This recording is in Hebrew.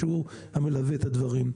שהוא המלווה את הדברים.